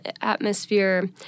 atmosphere